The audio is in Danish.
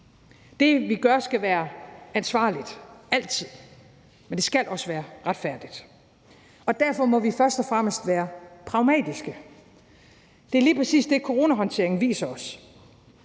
Det, vi gør, skal være ansvarligt – altid. Men det skal også være retfærdigt. Derfor må vi først og fremmest være pragmatiske. Det er lige præcis det, coronahåndteringen viser os.